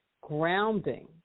grounding